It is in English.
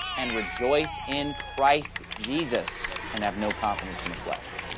and rejoice in christ jesus, and have no confidence in the flesh.